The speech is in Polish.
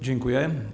Dziękuję.